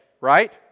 right